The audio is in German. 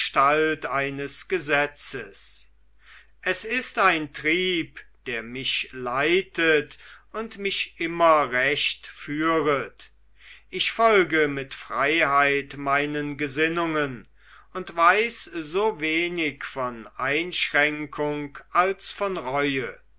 eines gesetzes es ist ein trieb der mich leitet und mich immer recht führet ich folge mit freiheit meinen gesinnungen und weiß so wenig von einschränkung als von reue